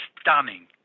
stunning